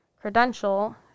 credential